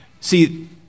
See